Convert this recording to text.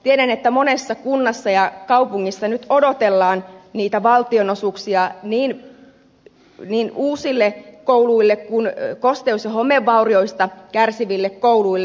tiedän että monessa kunnassa ja kaupungissa nyt odotellaan niitä valtionosuuksia niin uusille kouluille kuin kosteus ja homevaurioista kärsivillekin kouluille